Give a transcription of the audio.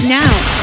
now